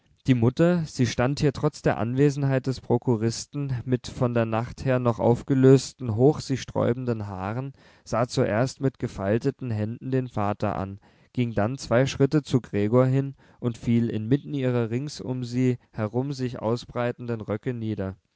die mutter sie stand hier trotz der anwesenheit des prokuristen mit von der nacht her noch aufgelösten hoch sich sträubenden haaren sah zuerst mit gefalteten händen den vater an ging dann zwei schritte zu gregor hin und fiel inmitten ihrer rings um sie herum sich ausbreitenden röcke nieder